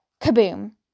kaboom